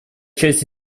часть